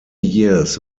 years